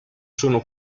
sono